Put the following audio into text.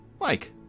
Mike